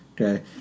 Okay